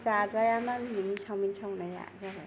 जाजाया मामि नोंनि सावमिन सावनाया जाबाय